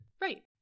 Right